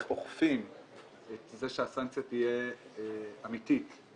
אוכפים את זה שהסנקציה תהיה אמיתית,